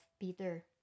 Peter